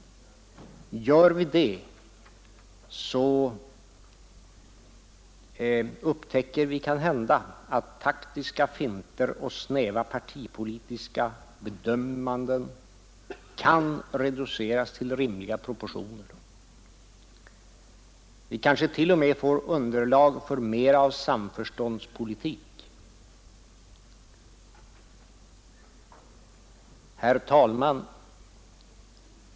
Gör vi det, så upptäcker vi kanhända att taktiska finter och snäva partipolitiska bedömanden kan reduceras till rimliga proportioner. Vi kanske t.o.m. får underlag för mera av samförståndspolitik. Herr talman!